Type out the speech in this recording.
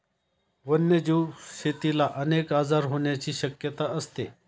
वन्यजीव शेतीला अनेक आजार होण्याची शक्यता असते